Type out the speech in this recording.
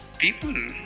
People